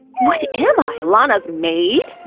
what am i, lana's maid!